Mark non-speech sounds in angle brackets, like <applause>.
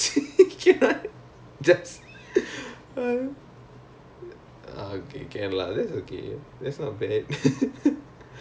<laughs> okay okay நாங்க இன்னும் அந்த:naanga innum antha level இல்லே தான் இருக்கும்:illae thaan irukkum